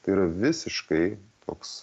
tai yra visiškai toks